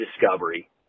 discovery